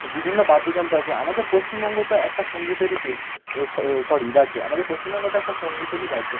বিভিন্ন বাদ্যযন্ত্র আছে আমাদের পশ্চিমবঙ্গ তো একটা সঙ্গীতেরই দেশ সরি রাজ্য আমাদের পশ্চিমবঙ্গ তো একটা সংগীতেরই রাজ্য